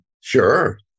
Sure